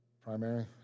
primary